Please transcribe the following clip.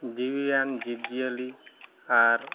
ᱡᱤᱣᱤᱭᱟᱱ ᱡᱤᱵᱽᱼᱡᱤᱭᱟᱹᱞᱤ ᱟᱨ